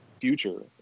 future